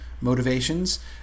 motivations